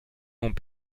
ont